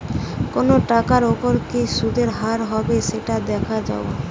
কোনো টাকার ওপর কি সুধের হার হবে সেটা দেখে যাওয়া